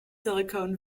silicon